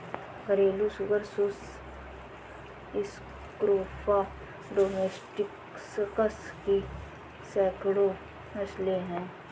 घरेलू सुअर सुस स्क्रोफा डोमेस्टिकस की सैकड़ों नस्लें हैं